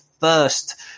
first